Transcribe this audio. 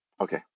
Okay